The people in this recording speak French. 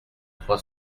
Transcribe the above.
trois